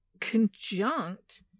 conjunct